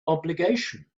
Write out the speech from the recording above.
obligation